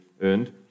earned